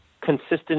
consistent